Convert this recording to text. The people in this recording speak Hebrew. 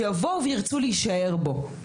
שיבואו וירצו להישאר בו.